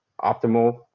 optimal